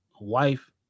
wife